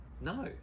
No